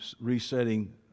resetting